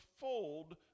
fold